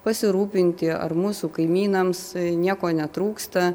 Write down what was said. pasirūpinti ar mūsų kaimynams nieko netrūksta